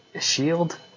shield